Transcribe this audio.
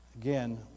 Again